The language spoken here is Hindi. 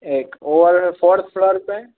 एक और फोर्थ फ्लोर में